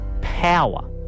power